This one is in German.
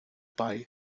bei